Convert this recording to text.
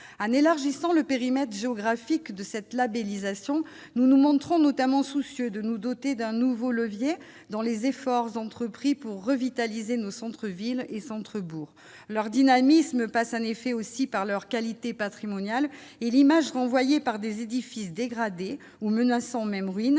en élargissant le périmètre géographique de cette labellisation nous nous montrons notamment soucieux de nous doter d'un nouveau levier dans les efforts entrepris pour revitaliser nos centres-villes et centres bourgs leur dynamisme passe un effet aussi par leur qualité patrimoniale et l'image renvoyée par des édifices dégradés ou menaçant même ruine